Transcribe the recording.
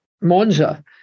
Monza